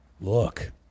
Look